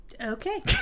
Okay